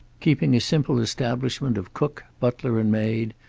keeping a simple establishment of cook, butler and maid,